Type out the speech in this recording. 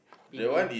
pin pin